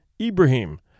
Ibrahim